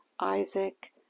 Isaac